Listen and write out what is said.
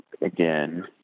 again